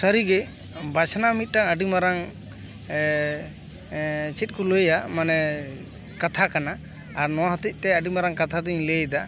ᱥᱟᱹᱨᱤᱜᱮ ᱵᱟᱪᱷᱱᱟᱣ ᱢᱤᱫᱴᱟᱝ ᱟᱹᱰᱤ ᱢᱟᱨᱟᱝ ᱪᱮᱫ ᱠᱚ ᱞᱟᱹᱭᱟ ᱢᱟᱱᱮ ᱠᱟᱛᱷᱟ ᱠᱟᱱᱟ ᱟᱨ ᱱᱚᱶᱟ ᱦᱚᱛᱮᱡ ᱛᱮ ᱟᱰᱤ ᱢᱟᱨᱟᱝ ᱠᱟᱛᱷᱟ ᱫᱚᱧ ᱞᱟᱹᱭ ᱫᱟ